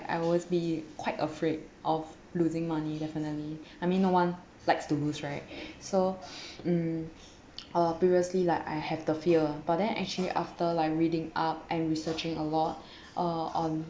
I was be quite afraid of losing money definitely I mean no one likes to lose right so mm previously like I have the fear but then actually after like reading up and researching a lot uh on